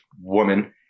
woman